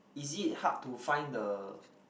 is it hard to find the